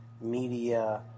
media